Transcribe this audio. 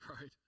right